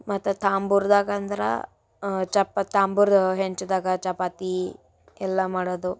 ಮತ್ತು ತಾಂಬುರ್ದಾಗಂದ್ರೆ ಚಪ್ಪ ತಾಂಬುರ ಹೆಂಚ್ದಾಗ ಚಪಾತಿ ಎಲ್ಲ ಮಾಡೋದು